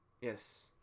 Yes